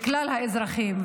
לכלל האזרחים.